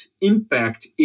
impact